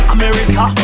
America